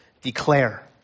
declare